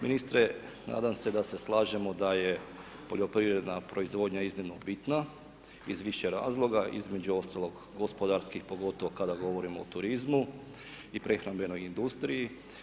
Ministre nadam se da se lažemo da je poljoprivredna proizvodnja iznimno bitna, iz više razlog, a između ostalog gospodarski, pogotovo kada govorimo o turizmu i prehrambenoj industriji.